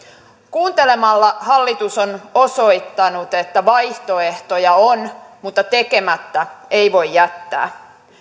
kuuntelemalla hallitus on osoittanut että vaihtoehtoja on mutta tekemättä ei voi jättää